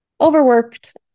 overworked